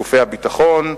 גופי הביטחון,